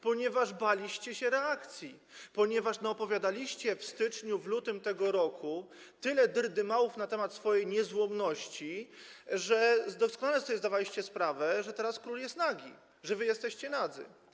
Ponieważ baliście się reakcji, ponieważ naopowiadaliście w styczniu, w lutym tego roku tyle dyrdymałów na temat swojej niezłomności, że doskonale sobie zdawaliście sprawę, że teraz król jest nagi, że wy jesteście nadzy.